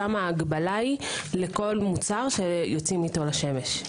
שם ההגבלה היא לכל מוצר שיוצאים איתו לשמש.